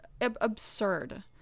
absurd